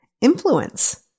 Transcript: influence